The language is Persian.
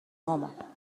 مامان